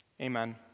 Amen